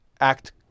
act